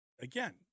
again